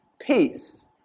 peace